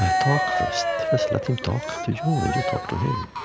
ah talk first. first let him talk to you, um and you talk to him.